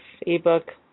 ebook